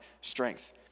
strength